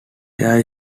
there